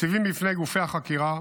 מציבה בפני גופי החקירה